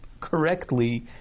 correctly